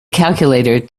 calculator